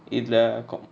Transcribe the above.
இதுல:ithula com~